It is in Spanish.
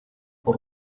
por